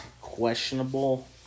questionable